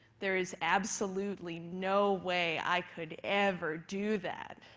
there is absolutely no way i could ever do that,